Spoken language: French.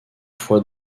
fois